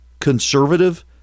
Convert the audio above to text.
Conservative